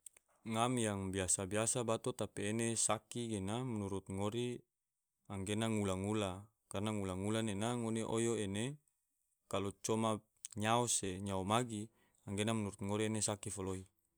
. Ngam yang biasa-biasa bato tapi ena saki gena, menurut ngori anggena ngula-ngula, karna ngula-ngula nena ngone oyo ene kalo coma nyao se nyao magi. anggena menurut ngori saki foloi.